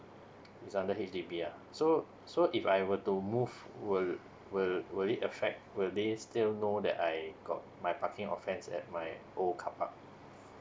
is under H_D_B ah so so if I were to move will will will it affect will they still know that I got my parking offence at my old car park